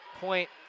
point